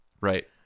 right